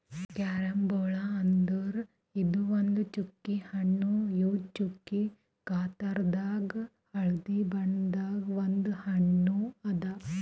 carambola ಅಂದುರ್ ಇದು ಒಂದ್ ಚ್ಚುಕಿ ಹಣ್ಣು ಇವು ಚ್ಚುಕಿ ಗಾತ್ರದಾಗ್ ಹಳದಿ ಬಣ್ಣದ ಒಂದ್ ಹಣ್ಣು ಅದಾ